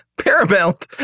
Paramount